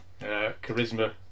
Charisma